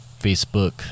Facebook